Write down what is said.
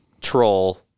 troll